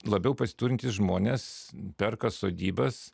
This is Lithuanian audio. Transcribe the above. labiau pasiturintys žmonės perka sodybas